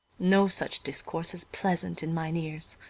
no such discourse is pleasant in mine ears,